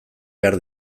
behar